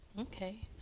Okay